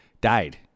died